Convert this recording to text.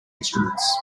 instruments